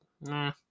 nah